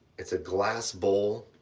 it's a glass bowl,